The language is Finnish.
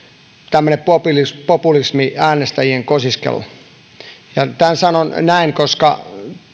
tämmöinen populismi populismi äänestäjien kosiskelu tämän sanon näin koska